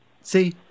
See